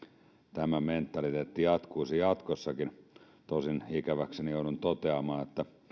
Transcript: tämä mentaliteetti jatkuisi jatkossakin tosin ikäväkseni joudun toteamaan että